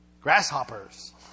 grasshoppers